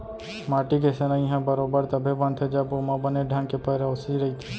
माटी के सनई ह बरोबर तभे बनथे जब ओमा बने ढंग के पेरौसी रइथे